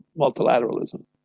multilateralism